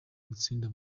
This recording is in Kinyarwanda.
gutsinda